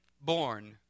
born